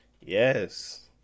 Yes